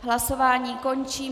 Hlasování končí.